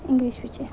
English बिच्चें